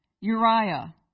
Uriah